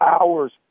hours